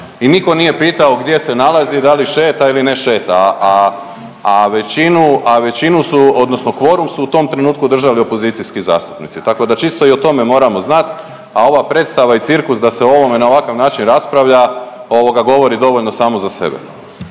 i nitko nije pitao gdje se nalazi, da li šeta ili ne šeta, a većinu, a većinu odnosno kvorum su u tom trenutku držali opozicijski zastupnici. Tako da čisto i o tome moramo znat, a ova predstava i cirkus da se o ovome na ovakav način raspravlja, ovoga govori dovoljno samo za sebe.